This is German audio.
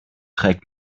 trägt